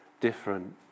different